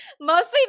Mostly